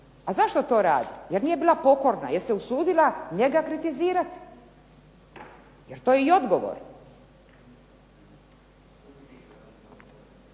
A zašto to radi, jer nije bila pokorna, jer se usudila njega kritizirati. Jer to je i odgovor.